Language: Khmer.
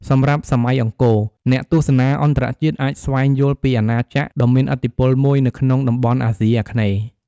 សម្រាប់សម័យអង្គរ អ្នកទស្សនាអន្តរជាតិអាចស្វែងយល់ពីអាណាចក្រដ៏មានឥទ្ធិពលមួយនៅក្នុងតំបន់អាស៊ីអាគ្នេយ៍។